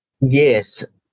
Yes